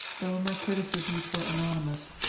though my criticisms were anonymous,